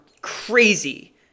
crazy